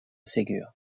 ségur